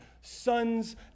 Sons